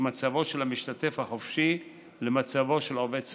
מצבו של המשתתף החופשי למצבו של עובד שכיר.